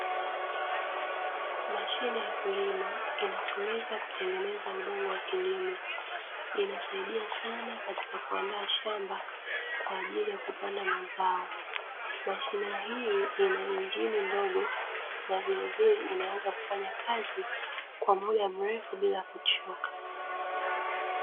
Mashine ya kulima inatumika kutengeneza udongo wa kilimo, inasaidia sana katika kuandaa shamba kwa ajili ya kupanda mazao, mashine hii ina injini ndogo na vilevile inaweza kufanya kazi kwa muda mrefu bila kuchoka.